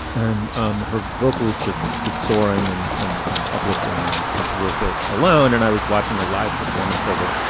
and um her vocals just is soaring and and uplifting and it's it's worth it alone. and i was watching a live performance of it.